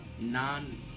non